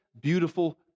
beautiful